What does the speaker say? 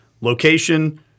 location